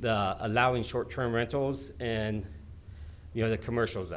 the allowing short term rentals and you know the commercials